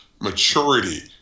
maturity